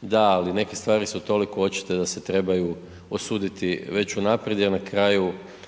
da, ali neke stvari su toliko očite da se trebaju osuditi već unaprijed